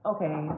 Okay